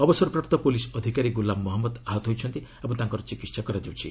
ଅବସରପ୍ରାପ୍ତ ପୁଲିସ୍ ଅଧିକାରୀ ଗ୍ରଲାମ ମହମ୍ମଦ ଆହତ ହୋଇଛନ୍ତି ଏବଂ ତାଙ୍କର ଚିକିତ୍ସା କରାଯାଉଛି